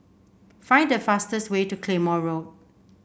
find the fastest way to Claymore Road